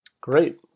Great